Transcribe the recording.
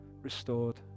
restored